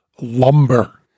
lumber